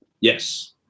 yes